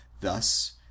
thus